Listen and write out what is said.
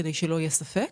כדי שלא יהיה ספק.